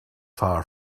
far